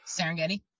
Serengeti